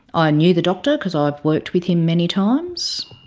ah knew the doctor because i've worked with him many times,